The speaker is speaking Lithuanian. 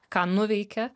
ką nuveikė